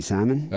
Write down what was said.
Simon